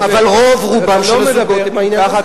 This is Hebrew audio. אבל רוב רובם של הזוגות הם העניין הזה.